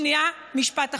שנייה, משפט אחרון.